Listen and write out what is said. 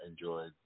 enjoyed